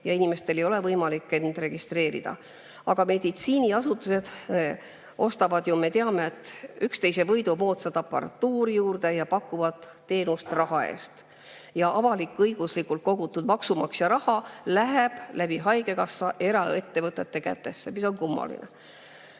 ja inimestel ei ole võimalik end järjekorda registreerida. Aga meditsiiniasutused ostavad, me teame, üksteise võidu moodsat aparatuuri juurde ja pakuvad teenust raha eest. Avalik-õiguslikult kogutud maksumaksja raha läheb haigekassa kaudu eraettevõtete kätesse, mis on kummaline.